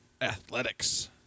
athletics